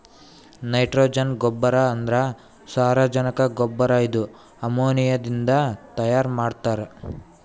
nitrogen ರಸಗೊಬ್ಬರ ಅಂದ್ರ ಸಾರಜನಕ ಗೊಬ್ಬರ ಇದು ಅಮೋನಿಯಾದಿಂದ ತೈಯಾರ ಮಾಡ್ತಾರ್